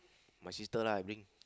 my sister lah bring